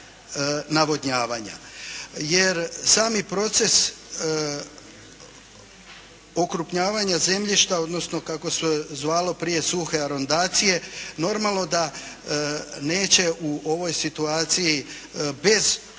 navodnjavanja jer sami proces okrupnjavanja zemljišta, odnosno kako se zvalo prije, suhe arondacije, normalno da neće u ovoj situaciji bez